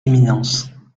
éminence